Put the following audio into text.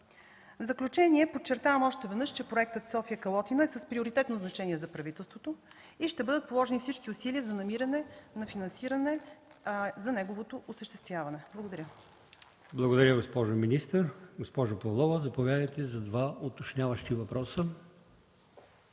В заключение, подчертавам още веднъж, че проектът „София – Калотина” е с приоритетно значение за правителството и ще бъдат положени всички усилия за намиране на финансиране за неговото осъществяване. Благодаря. ПРЕДСЕДАТЕЛ АЛИОСМАН ИМАМОВ: Благодаря, госпожо министър. Госпожо Павлова, заповядайте за два уточняващи въпроса.